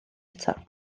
eto